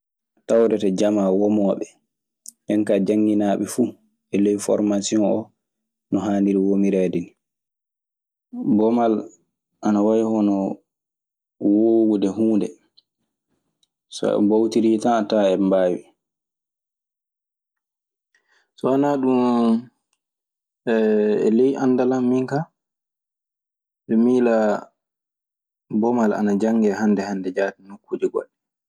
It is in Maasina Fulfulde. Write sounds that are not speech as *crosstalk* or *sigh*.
Tawde to jamaa womooɓe. Nden kaa jannginaa ɓe fuu e ley formasion oo no haaniri womireede nii. Bomal ana wayi hono woowude huunde. So ɓe mboowtirii tan a tawan eɓe mbaawi. So wanaa ɗun *hesitation* e ley anndal an min ka, mi miila bomal ana janngee hannde hannde jaati nokkuuje goɗɗe.